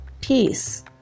peace